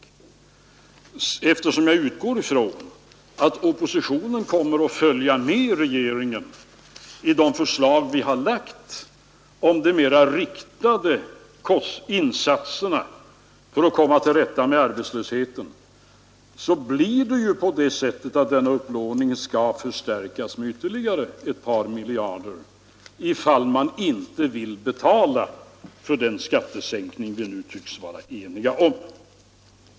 Och eftersom jag utgår ifrån att oppositionen kommer att följa regeringen i de förslag vi lagt om de mera riktade insatserna för att komma till rätta med arbetslösheten, så måste den upplåningen förstärkas med ytterligare ett par miljarder, om man inte vill betala för den skattesänkning som vi nu tycks vara eniga om.